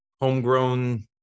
homegrown